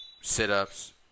sit-ups